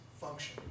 function